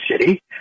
City